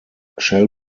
shall